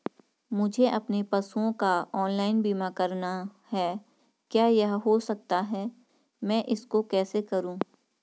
मुझे अपने पशुओं का ऑनलाइन बीमा करना है क्या यह हो सकता है मैं इसको कैसे करूँ?